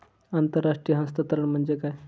आंतरराष्ट्रीय हस्तांतरण म्हणजे काय?